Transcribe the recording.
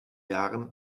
jahren